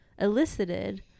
elicited